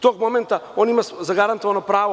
Tog momenta on ima zagarantovano pravo.